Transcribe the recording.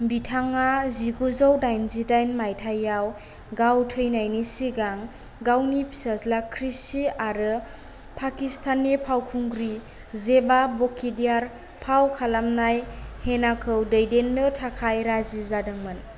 बिथाङा जिगुजौ डाइनजिडाइन मायथाइयाव गाव थैनायनि सिगां गावनि फिसाज्ला ऋिषि आरो पाकिस्ताननि फावखुंग्रि जेबा बकिदियार फाव खालामनाय हेनाखौ दैदेननो थाखाय राजि जादोंमोन